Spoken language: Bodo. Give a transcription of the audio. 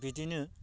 बिदिनो